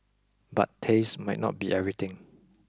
but taste might not be everything